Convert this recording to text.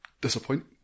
disappoint